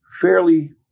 fairly